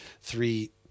three